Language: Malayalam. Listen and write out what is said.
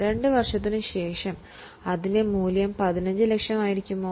2 വർഷത്തിന് ശേഷം അതിന്റെ മൂല്യം 15 ലക്ഷം ആയിരിക്കുമോ